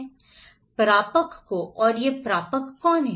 ठीक है प्रापक को और ये प्रापक कौन हैं